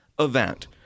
event